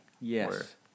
Yes